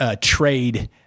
trade